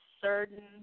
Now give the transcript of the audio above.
certain